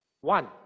one